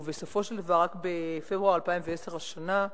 ובסופו של דבר רק בפברואר 2010, השנה,